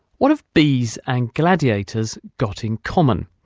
what have bees and gladiators got in common?